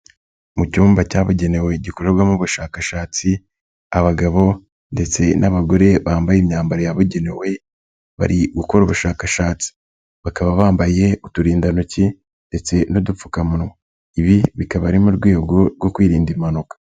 Mu cyumba cyabugenewe gikorerwamo ubushakashatsi, abagabo ndetse n'abagore bambaye imyambaro yabugenewe bari gukora ubushakashatsi, bakaba bambaye uturindantoki ndetse n'udupfukamunwa, ibi bikaba ari mu rwego rwo kwirinda impanuka.